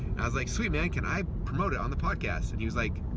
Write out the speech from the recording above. was like, sweet man can i promote it on the podcast and he was like,